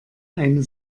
eine